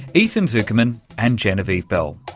ethan zuckerman and genevieve bell.